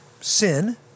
sin